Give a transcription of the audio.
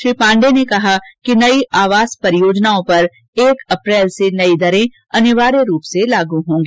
श्री पांडे ने कहा कि नयी आवास परियाजनाओं पर एक अप्रैल से नयी दरें अनिवार्य रूप से लागू होंगी